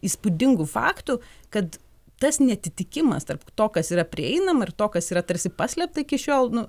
įspūdingų faktų kad tas neatitikimas tarp to kas yra prieinama ir to kas yra tarsi paslėpta iki šiol nu